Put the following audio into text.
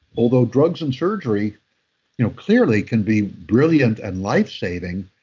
although drugs and surgery you know clearly can be brilliant and lifesaving,